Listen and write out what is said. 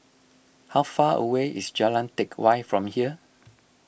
how far away is Jalan Teck Whye from here